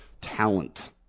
talent